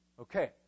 Okay